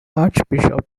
archbishop